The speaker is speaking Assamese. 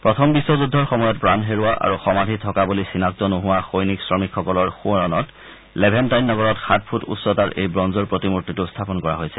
প্ৰথম বিশ্ব যুদ্ধৰ সময়ত প্ৰাণ হেৰুওৱা আৰু সমাধি থকা বুলি চিনাক্ত নোহোৱা সৈনিক শ্ৰমিকসকলৰ সোঁৱৰণত লেভেনটাইন নগৰত সাত ফুট উচ্চতাৰ এই ব্ৰঞ্জৰ প্ৰতিমূৰ্তিটো স্থাপন কৰা হৈছে